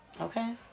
Okay